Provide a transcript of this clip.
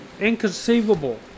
inconceivable